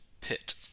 pit